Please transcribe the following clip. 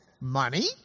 money